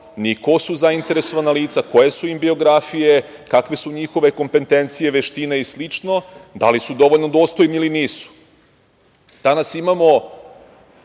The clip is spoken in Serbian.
ni ko su zainteresovana lica, koje su im biografije, kakve su njihove kompetencije, veštine i slično, da li su dovoljno dostojni ili nisu. Danas imamo